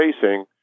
facing